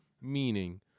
Meaning